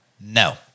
No